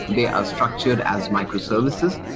they are structured as microservices.